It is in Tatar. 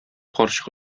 карчык